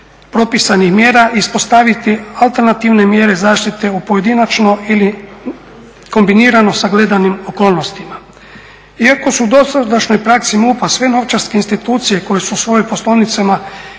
propisanih mjera, ispostaviti alternativne mjere zaštite u pojedinačno ili kombinirano sagledanim okolnostima. Iako su u dosadašnjoj praksi MUP-a sve novčarske institucije koje su u svojim poslovnicama instalirale